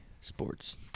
sports